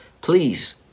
please